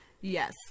Yes